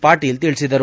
ಪಾಟೀಲ್ ತಿಳಿಸಿದರು